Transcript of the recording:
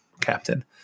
captain